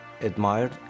admired